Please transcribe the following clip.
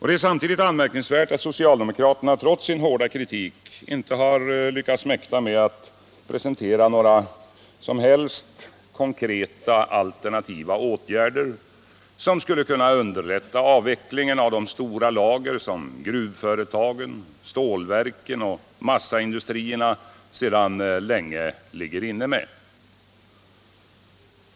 Det är samtidigt anmärkningsvärt att socialdemokraterna trots sin hårda kritik inte har lyckats presentera några som helst konkreta alternativa åtgärder, som skulle kunna underlätta avvecklingen av de stora lager som gruvföretagen, stålverken och massaindustrierna sedan länge ligger inne med.